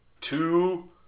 two